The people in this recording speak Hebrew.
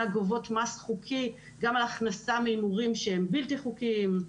גובות מס חוקי גם על הכנסה מהימורים שהם בלתי-חוקיים.